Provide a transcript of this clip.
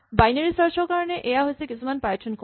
binary search ৰ কাৰণে এয়া হৈছে কিছুমান পাইথন কড